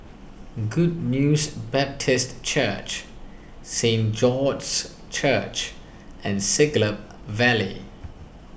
Good News Baptist Church Saint George's Church and Siglap Valley